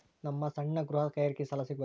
ನಮ್ಮ ಸಣ್ಣ ಗೃಹ ಕೈಗಾರಿಕೆಗೆ ಸಾಲ ಸಿಗಬಹುದಾ?